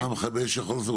מה מכבי אש יכול לעשות?